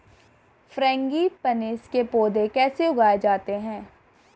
Frangipanis के पौधे कैसे उगाए जाते हैं?